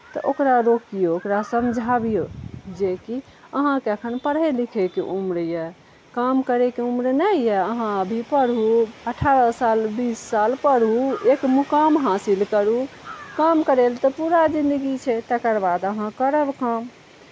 तऽ ओकरा रोकियौ ओकरा समझाबियौ जेकि अहाँके अखन पढ़ै लिखैके उम्र अछि काम करैके उम्र नै अछि अहाँ अभी पढ़ू अठारह साल बीस साल पढ़ू एक मुकाम हासिल करू काम करै लए तऽ पूरा जिन्दगी छै तकर बाद अहाँ करब काम